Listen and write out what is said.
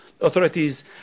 authorities